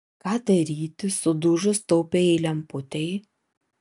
ką daryti sudužus taupiajai lemputei